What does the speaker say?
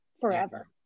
forever